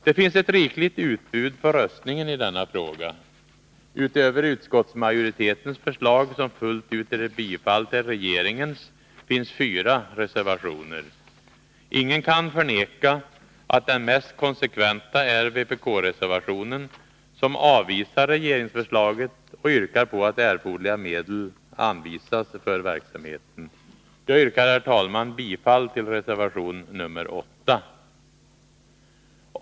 Det finns ett rikligt utbud för röstningen i denna fråga. Utöver utskottsmajoritetens förslag — som fullt ut är ett bifall till regeringens — finns fyra reservationer. Ingen kan förneka att den mest konsekventa är vpk-reservationen, som avvisar regeringsförslaget och yrkar på att erforderliga medel anvisas för verksamheten. Jag yrkar, herr talman, bifall till reservation 8.